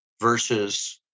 versus